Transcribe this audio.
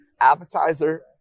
appetizer